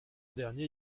dernier